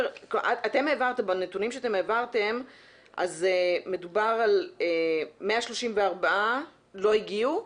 בנתונים שאתם העברתם מדובר על 134 שלא הגיעו.